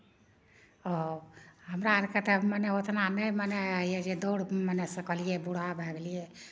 हमरा आरकेँ तऽ मने उतना नहि मने होइए जे दौड़ मने सकलियै बूढ़ा भए गेलियै